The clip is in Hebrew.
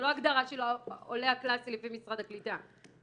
זה לא הגדרה של עולה הקלאסי לפי משרד הקליטה,